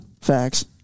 Facts